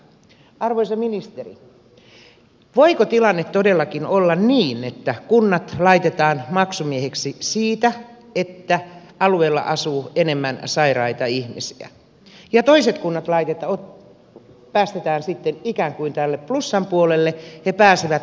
arvoisa ministeri voiko tilanne todellakin olla niin että kunnat laitetaan maksumiehiksi siitä että alueella asuu enemmän sairaita ihmisiä ja toiset kunnat päästetään sitten ikään kuin tälle plussan puolelle ne pääsevät vähemmällä